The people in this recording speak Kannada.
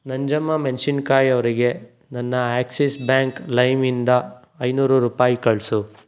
ನಂಜಮ್ಮ ಮೆಣ್ಶಿನ್ಕಾಯಿ ಅವರಿಗೆ ನನ್ನ ಆಕ್ಸಿಸ್ ಬ್ಯಾಂಕ್ ಲೈಮ್ ಇಂದ ಐದುನೂರು ರೂಪಾಯಿ ಕಳಿಸು